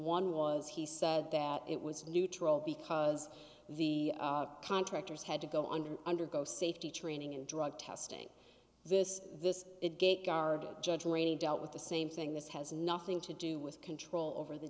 one was he said that it was neutral because the contractors had to go under undergo safety training and drug testing this this gate guard judge rating dealt with the same thing this has nothing to do with control over the